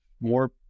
more